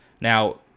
Now